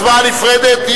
הצבעה נפרדת.